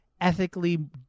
ethically